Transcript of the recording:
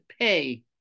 pay